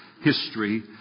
history